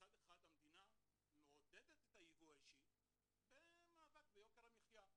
מצד אחד המדינה מעודדת את היבוא האישי במאבק ביוקר המחיה,